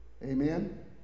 Amen